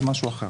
אז משהו אחר.